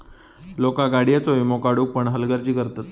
लोका गाडीयेचो वीमो काढुक पण हलगर्जी करतत